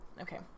okay